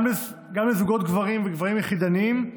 גם לזוגות גברים וגברים יחידניים,